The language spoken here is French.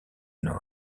nord